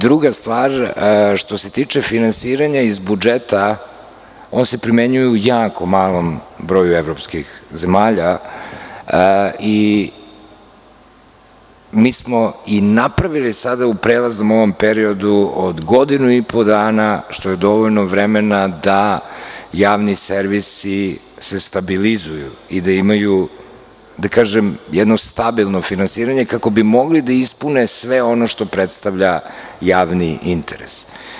Druga stvar, što se tiče finansiranja iz budžeta, on se primenjuje u jako malom broju evropskih zemalja i mi smo i napravili sada u ovom prelaznom periodu od godinu i po dana, što je dovoljno vremena da se javni servisi stabilizuju i da imaju, da kažem, jedno stabilno finansiranje, kako bi mogli da ispune sve ono što predstavlja javni interes.